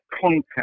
content